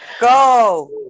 go